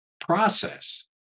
process